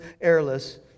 airless